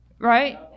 Right